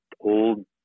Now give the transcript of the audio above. old